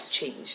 changed